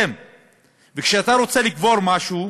כשאתה רוצה לקבור משהו,